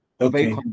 Okay